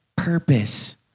Purpose